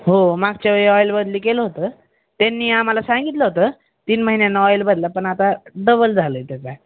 हो मागच्या वेळी ऑईल बदली केलं होतं त्यांनी आम्हाला सांगितलं होतं तीन महिन्यानं ऑईल बदला पण आता डबल झालं त्याचा